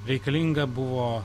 reikalinga buvo